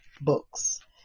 books